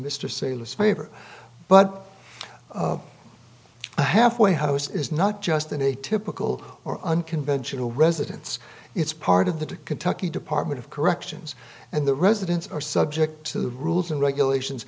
mr sailor's favor but halfway house is not just in a typical or unconventional residence it's part of the to kentucky department of corrections and the residents are subject to the rules and regulations